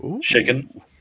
shaken